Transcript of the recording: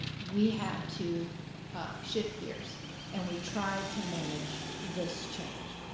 we had to shift gears and we tried to manage this change.